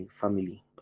family